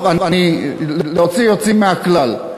טוב, להוציא יוצאים מהכלל.